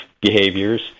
behaviors